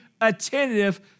attentive